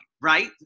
right